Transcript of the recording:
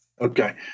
Okay